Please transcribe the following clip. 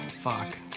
fuck